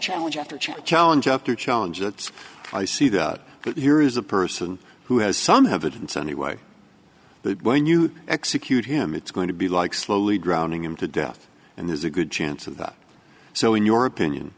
challenge after challenge after challenge that i see the good here is a person who has some have it and so anyway that when you execute him it's going to be like slowly drowning him to death and there's a good chance of that so in your opinion